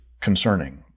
concerning